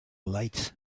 lights